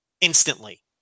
instantly